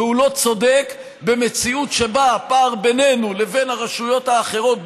והוא לא צודק במציאות שבה הפער בינינו לבין הרשויות האחרות,